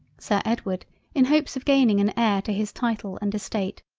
sir edward in hopes of gaining an heir to his title and estate,